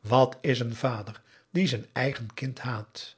wat is een vader die zijn eigen kind haat